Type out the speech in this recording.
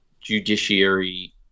judiciary